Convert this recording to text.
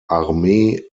armee